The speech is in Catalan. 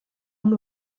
amb